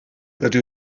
rydw